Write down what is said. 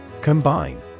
Combine